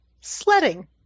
Sledding